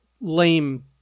lame